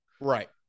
right